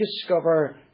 discover